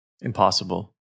Impossible